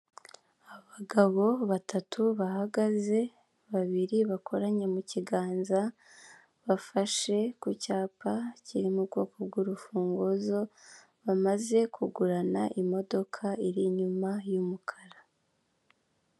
Abagabo batatu bahagaze, babiri bakoranye mu kiganza, bafashe ku cyapa kiri mu bwoko bw'urufunguzo, bamaze kugurana imodoka iri inyuma y'umukara.